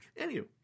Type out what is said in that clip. Anywho